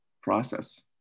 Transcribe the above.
process